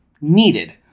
needed